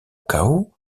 cao